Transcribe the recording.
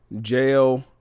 jail